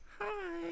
Hi